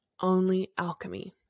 onlyalchemy